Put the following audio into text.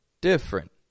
Different